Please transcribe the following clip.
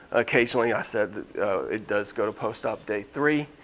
occasionally i said it does go to post-op day three.